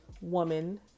woman